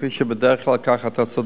כפי שבדרך כלל אתה צודק,